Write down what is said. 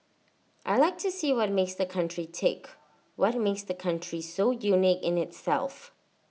I Like to see what makes the country tick what makes the country so unique in itself